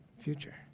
future